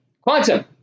Quantum